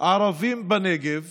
ערבים בנגב